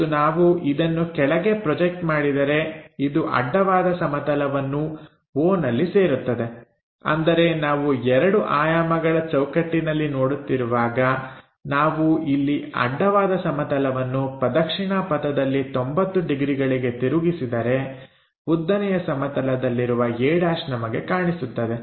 ಮತ್ತು ನಾವು ಇದನ್ನು ಕೆಳಗೆ ಪ್ರೊಜೆಕ್ಟ್ ಮಾಡಿದರೆ ಇದು ಅಡ್ಡವಾದ ಸಮತಲವನ್ನು O ನಲ್ಲಿ ಸೇರುತ್ತದೆ ಅಂದರೆ ನಾವು ಎರಡು ಆಯಾಮಗಳ ಚೌಕಟ್ಟಿನಲ್ಲಿ ನೋಡುತ್ತಿರುವಾಗ ನಾವು ಇಲ್ಲಿ ಅಡ್ಡವಾದ ಸಮತಲವನ್ನು ಪ್ರದಕ್ಷಿಣಾ ಪಥದಲ್ಲಿ 90 ಡಿಗ್ರಿಗಳಿಗೆ ತಿರುಗಿಸಿದರೆ ಉದ್ದನೆಯ ಸಮತಲದಲ್ಲಿರುವ a' ನಮಗೆ ಕಾಣಿಸುತ್ತದೆ